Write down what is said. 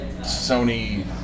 Sony